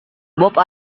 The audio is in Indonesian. bob